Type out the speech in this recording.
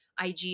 IG